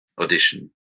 audition